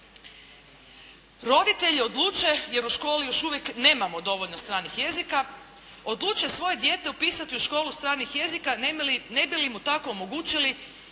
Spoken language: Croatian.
Roditelji odluče, jer u školi još uvijek nemamo dovoljno stranih jezika, odluče svoje dijete upisati u školu stranih jezika ne bi li mu tako omogućili